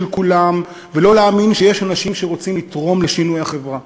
כולם ולא להאמין שיש אנשים שרוצים לתרום לשינוי החברה.